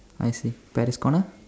I see Paris corner